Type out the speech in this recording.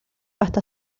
hasta